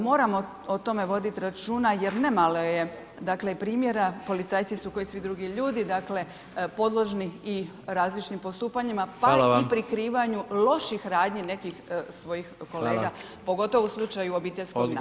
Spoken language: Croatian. Moramo o tome voditi računa jer nemalo je dakle primjera, policajci su kao i svi drugi ljudi, dakle podložni i različitim postupanjima, pa i [[Upadica: Hvala vam.]] prikrivanju loših radnji nekih svojih kolega [[Upadica: Hvala.]] pogotovo u slučaju obiteljskog nasilja.